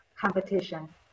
competition